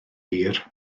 hir